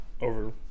over